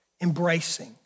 embracing